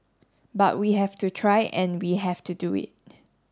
but we have to try and we have to do it